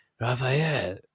Raphael